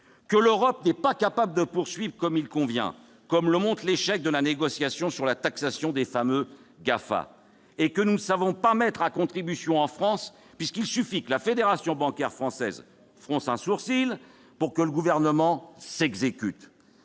L'Europe n'est pas capable d'agir comme il convient, en témoigne l'échec de la négociation sur la taxation des fameux GAFA. Nous ne savons pas mettre à contribution en France, puisqu'il suffit que la Fédération bancaire française fronce un sourcil pour que le Gouvernement s'exécute.